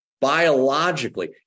Biologically